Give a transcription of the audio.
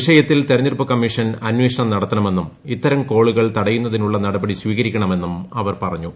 വിഷയത്തിൽ തെരഞ്ഞെടുപ്പ് കമ്മീഷൻ അന്വേഷണം നടത്തണമെന്നും ഇത്തരം കോളുകൾ തടയുന്നതിനുള്ള നടപടി സ്വീകരിക്കണമെന്നും അവർ പറഞ്ഞു